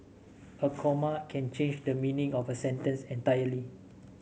a comma can change the meaning of a sentence entirely